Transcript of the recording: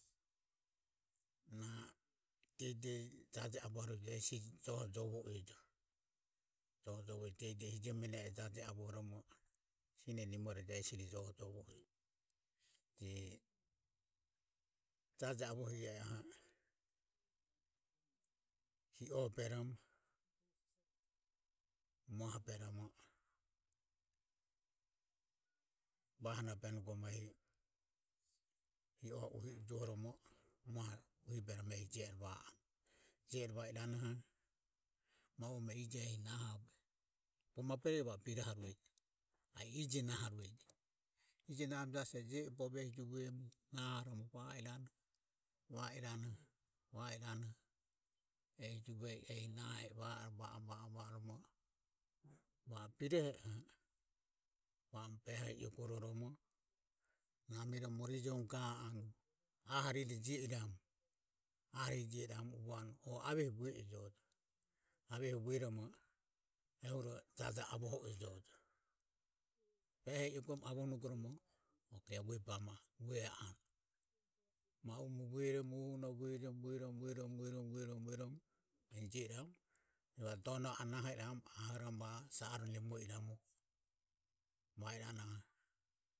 Na diehi diehi jaje avohaure ehesi joho jovo ejo jovo ejo dehi dehi hijo mene jaje avohoromo sine nimoroharue hesirire joho jovo e. je jaje avoho I e e oho hi oho beromo mua ho beromo va hanoho benugoromo ehi hi oho uhi ujohoromo mua ho u hi beromo je ero va anue. Je ero ova i ranoho ma uemu e ijoho ehi naho be va anue. Bogo maberoho ga anue a i ije naharueje ije nahoromo jasi e je o bovie ehi juvoromo nahoromo va iranoho. va iranoho. va iranoho ehi juve e ehi nahe i va oromo va oromo va o birohe oho ma uemu behoho egoromo namiromo morijovoromo ga anue aha rire jio iramu uvo anue o aveho vue ejojo. aveho vueromo ehuro jajoho avoho ejo ehi uvoromo ok eho vue bamo anue ma u emu vueromo uhu noho vueromo vueromo vueromo enjio iramu evaro donoho anaho iramu ahoromo va o sa are nemo iramu va iranoho.